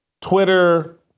twitter